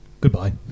goodbye